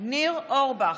ניר אורבך,